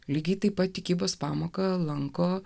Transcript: lygiai taip pat tikybos pamoką lanko